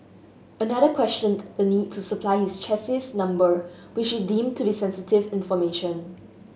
another questioned the need to supply his chassis number which he deemed to be sensitive information